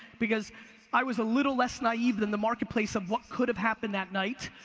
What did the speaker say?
because i was a little less naive than the marketplace of what could have happened that night,